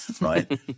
right